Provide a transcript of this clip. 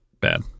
bad